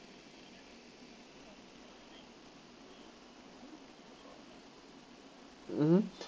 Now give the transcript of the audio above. mmhmm